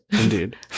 Indeed